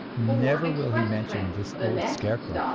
never will he mention this old scarecrow,